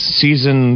season